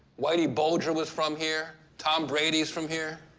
whitey bulger was from here, tom brady's from here.